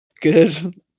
Good